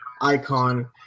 icon